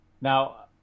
Now